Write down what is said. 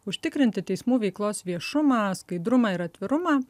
užtikrinti teismų veiklos viešumą skaidrumą ir atvirumą